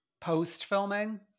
post-filming